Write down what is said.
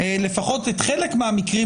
לפחות לצמצם את חלק מהמקרים,